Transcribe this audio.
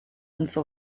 usw